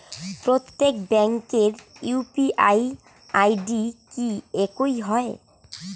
প্রত্যেক ব্যাংকের UPI ID কি একই হয়?